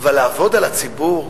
אבל לעבוד על הציבור?